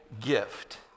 gift